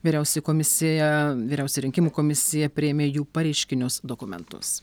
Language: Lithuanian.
vyriausioji komisija vyriausia rinkimų komisija priėmė jų pareiškinius dokumentus